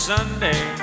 Sunday